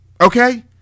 okay